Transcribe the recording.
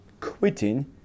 quitting